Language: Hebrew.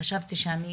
וחשבתי שאני